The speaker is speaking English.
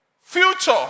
future